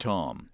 Tom